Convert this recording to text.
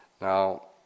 Now